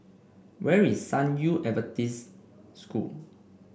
where is San Yu Adventist School